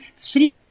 three